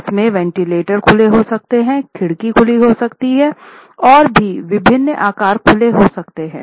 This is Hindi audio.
इसमे वेंटिलेटर खुले हो सकते खिड़की खुली हो सकती है और भी विभिन्न आकार खुले हो सकते हैं